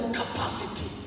capacity